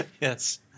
yes